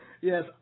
Yes